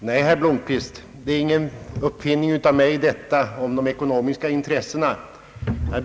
Herr talman! Nej, herr Blomquist, det är ingen uppfinning av mig, detta om de ekonomiska intressena.